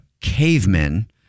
cavemen